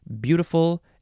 beautiful